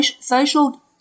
social